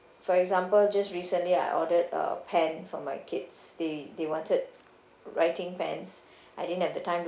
for example just recently I ordered a pen for my kids they they wanted writing pens I didn't have the time to